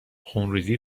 خونریزی